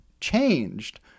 changed